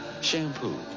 shampoo